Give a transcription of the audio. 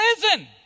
prison